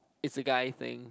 is a guy thing